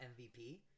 MVP